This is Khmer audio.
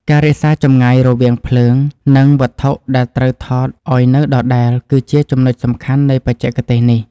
ការរក្សាចម្ងាយរវាងភ្លើង និង វត្ថុដែលត្រូវថតឱ្យនៅដដែលគឺជាចំណុចសំខាន់នៃបច្ចេកទេសនេះ។